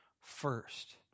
first